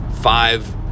five